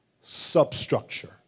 substructure